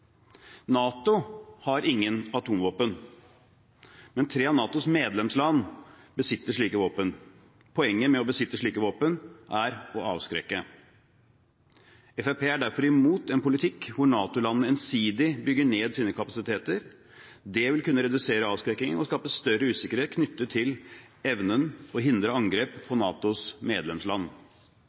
NATO har ingen atomvåpen, men tre av NATOs medlemsland besitter slike våpen. Poenget med å besitte slike våpen er å avskrekke. Fremskrittspartiet er derfor imot en politikk hvor NATO-landene ensidig bygger ned sine kapasiteter. Det vil kunne redusere avskrekkingen og skape større usikkerhet knyttet til evnen, og hindre angrep på NATOs medlemsland.